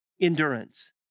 endurance